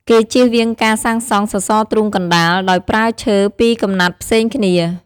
គេចៀសវាងការសាងសង់សសរទ្រូងកណ្តាល ដោយប្រើឈើពីរកំណាត់ផ្សេងគ្នា។